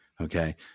Okay